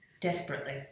Desperately